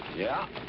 yeah.